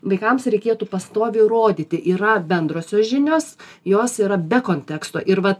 vaikams reikėtų pastoviai rodyti yra bendrosios žinios jos yra be konteksto ir vat